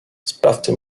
sprawcy